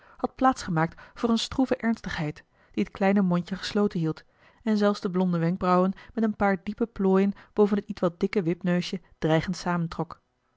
had plaatsgemaakt voor een stroeve ernstigheid die het kleine mondje gesloten hield en zelfs de blonde wenkbrauwen met een paar diepe plooien boven het ietwat dikke wipneusje dreigend